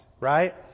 right